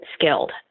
skilled